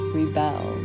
rebel